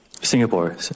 Singapore